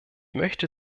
möchte